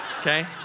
Okay